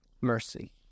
Mercy